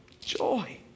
joy